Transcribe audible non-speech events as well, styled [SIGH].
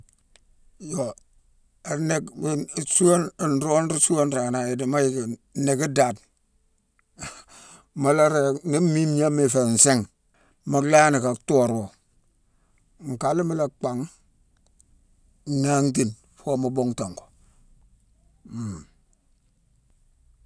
Yo [UNINTELLIGIBLE] nroo ruu suawa nrééghan none i dimo yick nnicki daadena [LAUGHS] mu la ré-ni mimignooma i fé nsiingh mu langhni ka thoorwo, nkan na mu la bangh, nhanghtine foo mu bhongtan go. Hum.